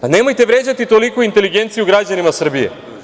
Pa, nemojte vređati toliko inteligenciju građanima Srbije.